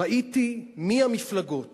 ראיתי מי המפלגות